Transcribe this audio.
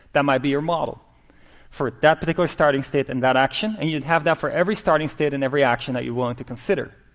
that might be your model for that particular starting state and that action. and you'd have that for every starting state and every action that you're willing to consider.